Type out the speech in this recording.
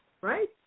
Right